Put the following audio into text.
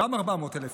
גם 400,000 אירו.